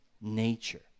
nature